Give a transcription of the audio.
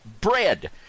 bread